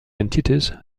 entities